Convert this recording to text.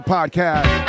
Podcast